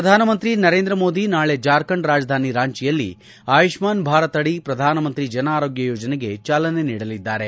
ಪ್ರಧಾನಮಂತ್ರಿ ನರೇಂದ್ರ ಮೋದಿ ನಾಳೆ ಜಾರ್ಖಂಡ್ ರಾಜಧಾನಿ ರಾಂಚಿಯಲ್ಲಿ ಆಯುಷ್ಟಾನ್ ಭಾರತ್ ಅಡಿ ಪ್ರಧಾನಮಂತ್ರಿ ಜನ ಆರೋಗ್ಯ ಯೋಜನೆಗೆ ಚಾಲನೆ ನೀಡಲಿದ್ದಾರೆ